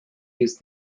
used